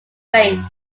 range